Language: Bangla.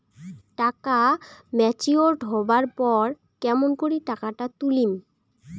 টাকা ম্যাচিওরড হবার পর কেমন করি টাকাটা তুলিম?